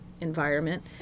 environment